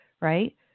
right